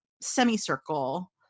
semicircle